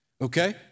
Okay